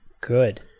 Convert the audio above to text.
Good